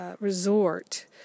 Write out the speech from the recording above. resort